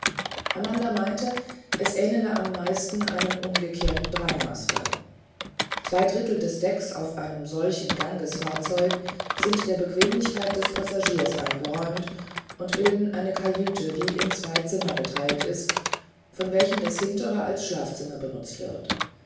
amanda meinte es ähnele am meisten einem umgekehrten dreimaster zwei drittel des decks auf einem solchen gangesfahrzeug sind der bequemlichkeit des passagiers eingeräumt und bilden eine kajüte die in zwei zimmer geteilt ist von welchen das hintere als schlafzimmer benutzt wird